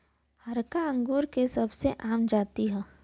हरका अंगूर के सबसे आम जाति हौ